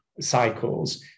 cycles